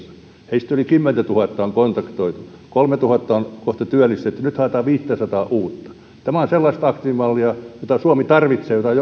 heistä yli kymmentätuhatta on kontaktoitu kolmetuhatta on kohta työllistetty nyt haetaan viittäsataa uutta tämä on sellaista aktiivimallia jota suomi tarvitsee